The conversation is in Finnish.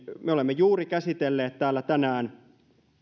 me olemme juuri käsitelleet täällä tänään